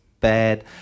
bad